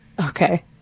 Okay